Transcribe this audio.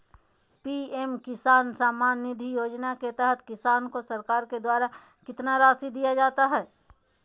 PM किसान सम्मान निधि योजना के तहत किसान को सरकार के द्वारा कितना रासि दिया जाता है?